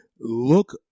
look